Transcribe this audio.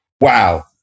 wow